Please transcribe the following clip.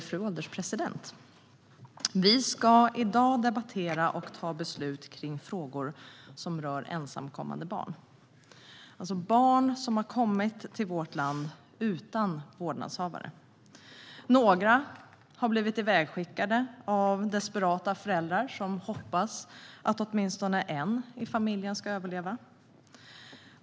Fru ålderspresident! Vi ska i dag debattera och fatta beslut i frågor som rör ensamkommande barn. Det är barn som har kommit till vårt land utan vårdnadshavare. Några har blivit ivägskickade av desperata föräldrar som hoppas att åtminstone en i familjen ska överleva.